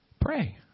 pray